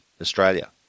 Australia